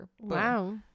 Wow